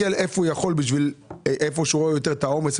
איפה הוא יכול איפה שהוא רואה יותר עומס,